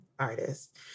artist